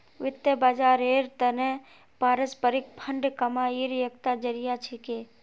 वित्त बाजारेर त न पारस्परिक फंड कमाईर एकता जरिया छिके